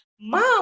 mom